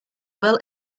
well